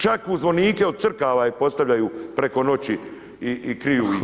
Čak u zvonike od crkava ih postavljaju preko noći i kriju ih.